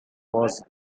was